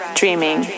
dreaming